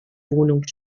wohnung